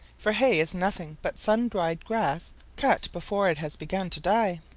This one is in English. for hay is nothing but sun-dried grass cut before it has begun to die.